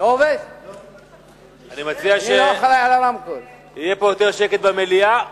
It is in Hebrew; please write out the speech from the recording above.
אני מציע שיהיה פה יותר שקט במליאה,